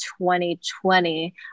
2020